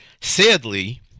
sadly